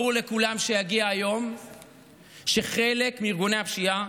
ברור לכולם שיגיע היום שחלק מארגוני הפשיעה